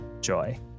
joy